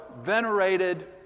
venerated